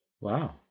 Wow